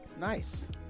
nice